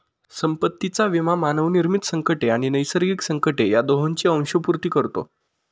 संपत्तीचा विमा मानवनिर्मित संकटे आणि नैसर्गिक संकटे या दोहोंची अंशपूर्ती करतो